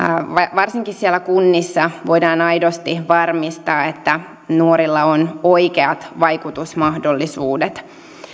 varsinkin siellä kunnissa voidaan aidosti varmistaa että nuorilla on oikeat vaikutusmahdollisuudet